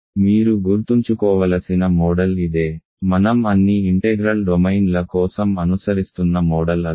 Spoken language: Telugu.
కాబట్టి మీరు గుర్తుంచుకోవలసిన మోడల్ ఇదే మనం అన్ని ఇంటెగ్రల్ డొమైన్ల కోసం అనుసరిస్తున్న మోడల్ అదే